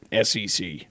SEC